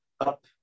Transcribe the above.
up